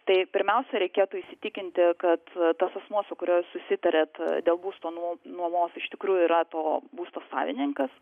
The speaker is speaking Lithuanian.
tai pirmiausia reikėtų įsitikinti kad tas asmuo su kuriuo susitariat dėl būsto nuo nuomos iš tikrųjų yra to būsto savininkas